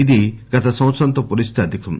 ఇది గత సంవత్సరంతో పోలిస్త అధికం